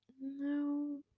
No